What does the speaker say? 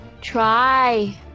try